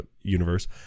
universe